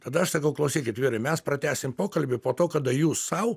tada aš sakau klausykit vyrai mes pratęsim pokalbį po to kada jūs sau